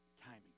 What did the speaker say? timing